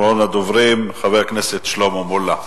אחרון הדוברים, חבר הכנסת שלמה מולה,